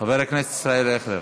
חבר הכנסת ישראל אייכלר,